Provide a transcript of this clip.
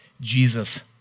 Jesus